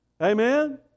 amen